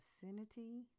vicinity